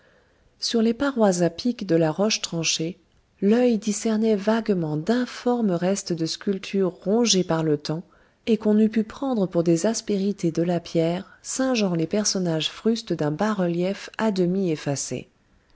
sur les parois à pic de la roche tranchée l'œil discernait vaguement d'informes restes de sculptures rongés par le temps et qu'on eût pu prendre pour des aspérités de la pierre singeant les personnages frustes d'un bas-relief à demi effacé